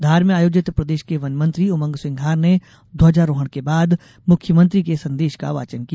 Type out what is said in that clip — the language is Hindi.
धार में आयोजित प्रदेश के वन मंत्री उमंग सिंघार ने ध्वजारोहण के बाद मुख्यमंत्री के संदेश का वाचन किया